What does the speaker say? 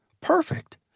perfect